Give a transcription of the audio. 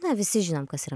na visi žinom kas yra